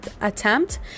attempt